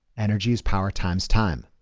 energy is power times time.